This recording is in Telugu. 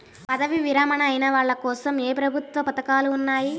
పదవీ విరమణ అయిన వాళ్లకోసం ఏ ప్రభుత్వ పథకాలు ఉన్నాయి?